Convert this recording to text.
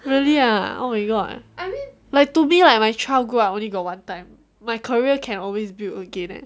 really ah oh my god like to me like my child grow up like only got one time my career can always build again eh